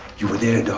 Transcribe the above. you were there, dog.